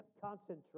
concentrate